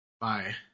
Bye